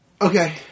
Okay